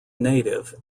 native